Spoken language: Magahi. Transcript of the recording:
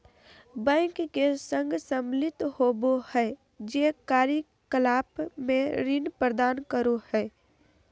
बैंक के संघ सम्मिलित होबो हइ जे कार्य कलाप में ऋण प्रदान करो हइ